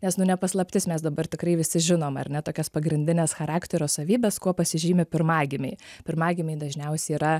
nes nu ne paslaptis mes dabar tikrai visi žinom ar ne tokias pagrindines charakterio savybes kuo pasižymi pirmagimiai pirmagimiai dažniausiai yra